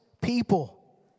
people